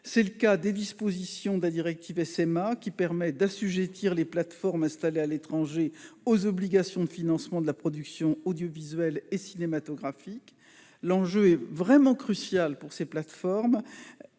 particulier des dispositions de la directive SMA, qui permet d'assujettir les plateformes installées à l'étranger aux obligations de financement de la production audiovisuelle et cinématographique. L'enjeu est crucial. Pendant le confinement, ces plateformes